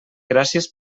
gràcies